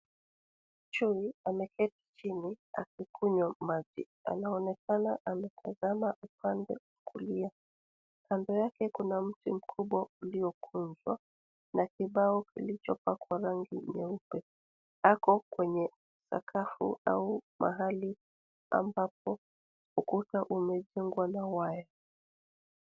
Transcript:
Chui ameketi chini akikunywa maji. Anaonekana ametazama upande wa kulia. Kando yake kuna mti mkubwa uliokunjwa na kibao kilichopakwa rangi nyeupe. Ako kwenye sakafu au mahali ambapo ukuta umejengwa na waya.